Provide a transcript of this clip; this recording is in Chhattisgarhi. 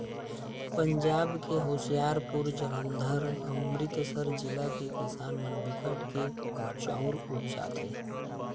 पंजाब के होसियारपुर, जालंधर, अमरितसर जिला के किसान मन बिकट के चाँउर उपजाथें